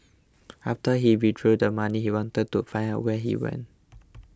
after he withdrew the money he wanted to find out where he went